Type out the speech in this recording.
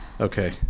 okay